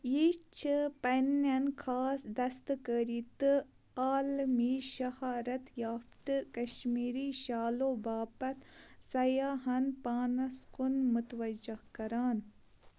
یہِ چھِ پنٛنٮ۪ن خاص دستٕکٲری تہٕ عالمی شہرت یافتہٕ کشمیٖری شالو باپتھ سیاحَن پانَس کُن متوجہ کران